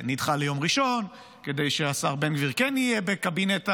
שנדחה ליום ראשון כדי שהשר בן גביר כן יהיה בקבינט המלחמה,